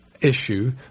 issue